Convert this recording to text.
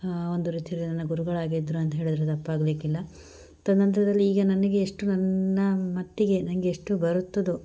ಒಂದು ರೀತಿಯಲ್ಲಿ ನನ್ನ ಗುರುಗಳಾಗಿದ್ರು ಅಂತ ಹೇಳಿದರು ತಪ್ಪಾಗಲಿಕ್ಕಿಲ್ಲ ತದನಂತರದಲ್ಲಿ ಈಗ ನನಗೆ ಎಷ್ಟು ನನ್ನ ಮಟ್ಟಿಗೆ ನಂಗೆಷ್ಟು ಬರುತ್ತದೋ